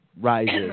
rises